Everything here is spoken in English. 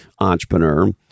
entrepreneur